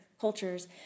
cultures